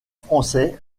français